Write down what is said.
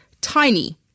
tiny